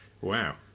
Wow